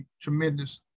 tremendous